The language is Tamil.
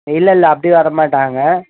இல்லயில்ல அப்படி வர மாட்டாங்க